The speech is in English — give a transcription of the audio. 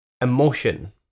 emotion